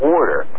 Order